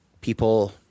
people